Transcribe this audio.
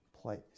place